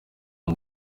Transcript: ngo